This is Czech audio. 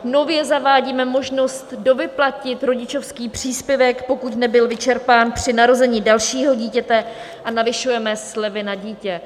Nově zavádíme možnost dovyplatit rodičovský příspěvek, pokud nebyl vyčerpán při narození dalšího dítěte, a navyšujeme slevy na dítě.